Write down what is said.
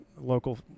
local